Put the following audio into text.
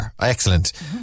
Excellent